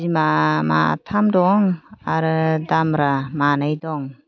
बिमा माथाम दं आरो दामब्रा मानै दं